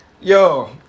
Yo